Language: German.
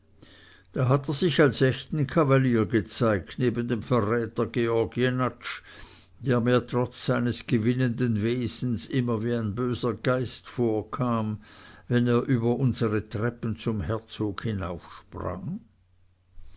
da hat er sich als echten kavalier gezeigt neben dem verräter georg jenatsch der mir trotz seines gewinnenden wesens immer wie ein böser geist vorkam wenn er über unsere treppen zum herzog